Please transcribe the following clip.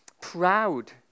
proud